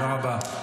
תודה רבה.